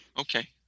Okay